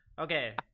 Okay